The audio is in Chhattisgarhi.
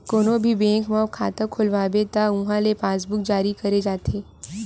कोनो भी बेंक म खाता खोलवाबे त उहां ले पासबूक जारी करे जाथे